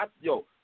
yo